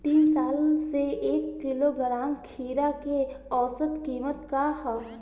तीन साल से एक किलोग्राम खीरा के औसत किमत का ह?